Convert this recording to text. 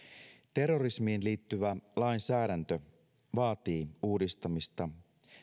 terrorismiin liittyvä lainsäädäntö vaatii uudistamista